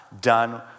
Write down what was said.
done